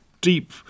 deep